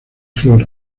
flor